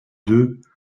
deux